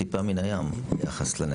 זה טיפה בים ביחס לזה.